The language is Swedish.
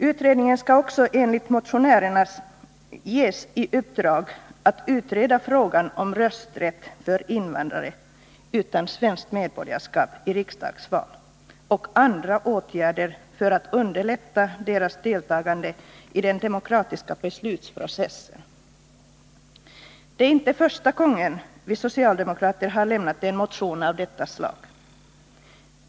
Utredningen skall enligt motionärerna också ges i uppdrag att utreda frågan om rösträtt för invandrare utan svenskt medborgarskap i riksdagsval och andra åtgärder för att underlätta deras deltagande i den demokratiska beslutsprocessen. Det är inte första gången vi socialdemokrater har lämnat en motion av detta slag.